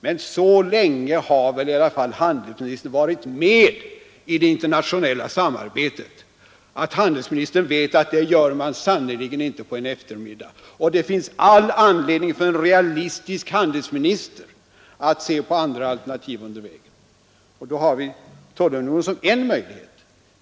Men så länge har väl handelsministern varit med i det internationella samarbetet att han vet, att man sannerligen inte gör något sådant på en eftermiddag. Det finns all anledning för en realistisk handelsminister att se på andra alternativ under vägen. Då har vi tullunionen som en möjlighet.